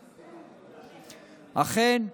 אכן,